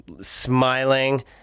smiling